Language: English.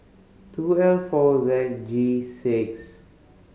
two L four Z G six